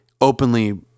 openly